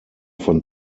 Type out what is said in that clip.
von